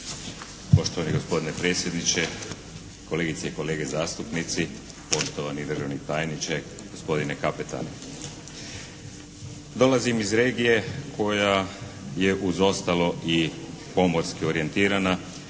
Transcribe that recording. Poštovani gospodine predsjedniče, kolegice i kolege zastupnici, poštovani državni tajniče, gospodine kapetane. Dolazim iz regije koja je uz ostalo i pomorski orijentirana